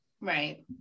right